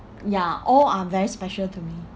ya all are very special to me